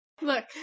Look